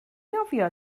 nofio